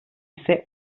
ise